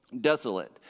desolate